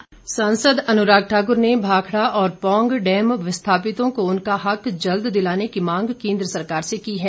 अनुराग ठाकुर सांसद अनुराग ठाकुर ने भाखड़ा और पौंग डैम विस्थापितों को उनका हक जल्द दिलाने की मांग केंद्र सरकार से की है